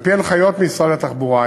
על-פי הנחיות משרד התחבורה,